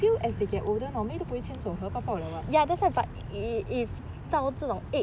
ya I feel as they get older normally 都不会牵手和抱抱的 [what]